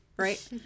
right